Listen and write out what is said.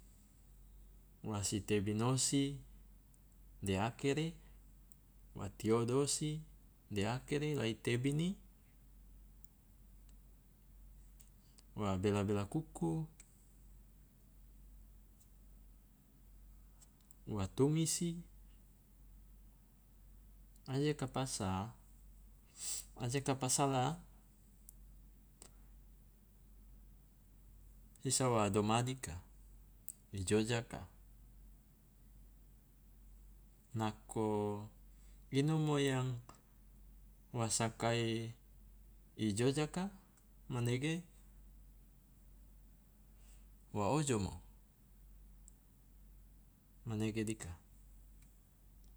Wasi tebinosi de akere wa si tiodosi de akere la i tebini, wa bela bela kuku, wa tumisi aje ka pasa aje ka pasala sisa wa doma dika i jojaka, nako inomo yang wa sakai i jojaka manege wa ojomo, manege dika.